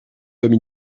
comme